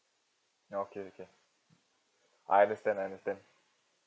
okay okay I understand I understand